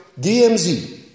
DMZ